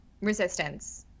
Resistance